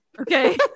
Okay